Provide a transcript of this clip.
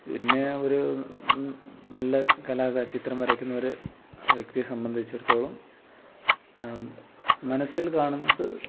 പിന്നെ ഒര് നല്ല സ് കലാക ചിത്രം വരയ്ക്കുന്നൊര് വ്യക്തിയെ സംബന്ധിച്ചിടത്തോളം മനസ്സില് കാണുന്നത്